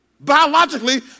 Biologically